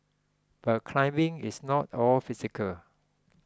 but climbing is not all physical